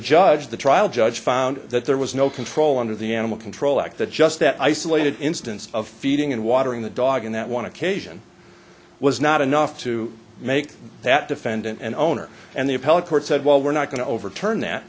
judge the trial judge found that there was no control under the animal control act that just that isolated instance of feeding and watering the dog in that one occasion was not enough to make that defendant an owner and the appellate court said well we're not going to overturn that